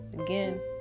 again